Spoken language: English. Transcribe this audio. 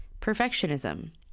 perfectionism